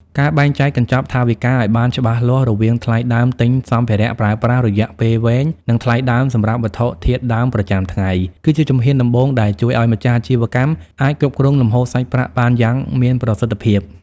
ការបែងចែកកញ្ចប់ថវិកាឱ្យបានច្បាស់លាស់រវាងថ្លៃដើមទិញសម្ភារៈប្រើប្រាស់រយៈពេលវែង និងថ្លៃដើមសម្រាប់វត្ថុធាតុដើមប្រចាំថ្ងៃ គឺជាជំហានដំបូងដែលជួយឱ្យម្ចាស់អាជីវកម្មអាចគ្រប់គ្រងលំហូរសាច់ប្រាក់បានយ៉ាងមានប្រសិទ្ធភាព។